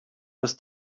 was